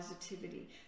positivity